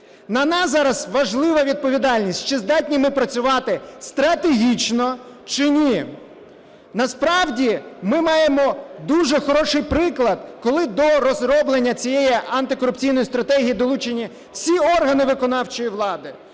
На нас зараз важлива відповідальність: чи здатні ми працювати стратегічно, чи ні. Насправді ми маємо дуже хороший приклад, коли до розроблення цієї антикорупційної стратегії долучені всі органи виконавчої влади,